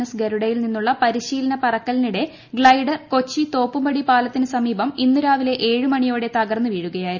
S ഗരുഡയിൽ നിന്നുള്ള പരിശീലന പറക്കലിനിടെ ഗ്ലൈഡർ കൊച്ചി തോപ്പുംപടി പാലത്തിന് സമീപം ഇന്ന് രാവിലെ ഏഴ് മണിയോടെ തകർന്ന് വീഴുകയായിരുന്നു